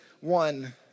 one